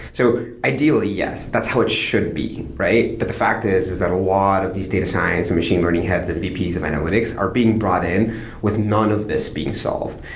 so ideally, yes. that's how it should be, right? the the fact is is that a lot of these data science and machine learning heads and vps of analytics are being brought in with none of this being solved,